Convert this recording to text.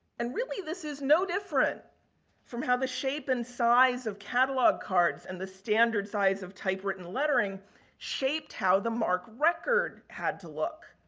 and, really, this is no different from how the shape and size of catalog cards and the standard size of type written lettering shaped how the marc record had to look.